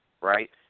right